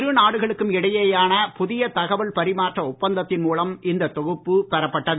இரு நாடுகளுக்கும் இடையேயான புதிய தகவல் பரிமாற்ற ஒப்பந்தத்தின் மூலம் இந்த தொகுப்பு பெறப்பட்டது